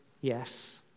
yes